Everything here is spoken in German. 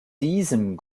diesem